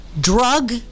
drug